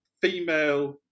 female